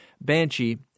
Banshee